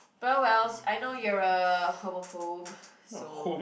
well wells I know you're a homophobe so you said it yourself [what]